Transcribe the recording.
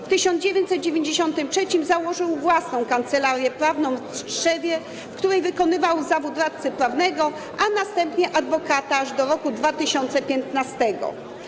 W 1993 r. założył własną kancelarię prawną w Tczewie, w której wykonywał zawód radcy prawnego, a następnie adwokata, aż do roku 2015.